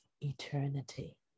eternity